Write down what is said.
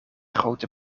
grote